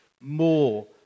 more